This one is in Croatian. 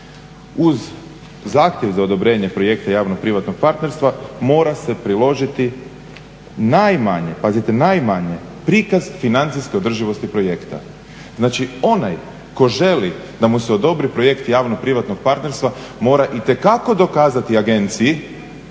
Uz zahtjev za odobrenje projekta javno-privatnog partnerstva mora se priložiti. Najmanje, pazite najmanje prikaz financijske održivosti projekta. Znači onaj ko želi da mu se odobri projekt javno-privatnog partnerstva mora itekako dokazati agenciji